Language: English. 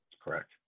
Correct